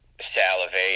salivate